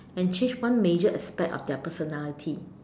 and change one major aspect of their personality